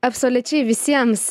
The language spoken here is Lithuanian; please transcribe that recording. absoliučiai visiems